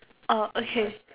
oh okay